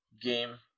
game